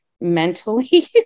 mentally